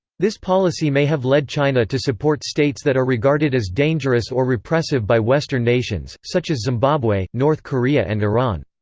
this policy may have led china to support states that are regarded as dangerous or repressive by western nations, such as zimbabwe, north korea and iran.